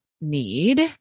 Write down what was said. need